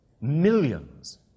Millions